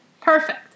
Perfect